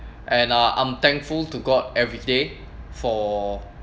and uh I'm thankful to god every day for